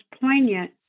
poignant